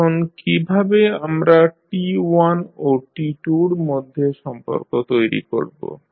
এখন কীভাবে আমরা T1ও T2 এর মধ্যে সম্পর্ক তৈরি করবো